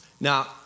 Now